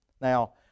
Now